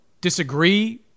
disagree